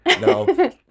No